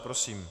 Prosím.